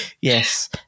yes